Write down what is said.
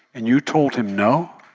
and you told him, no?